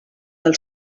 del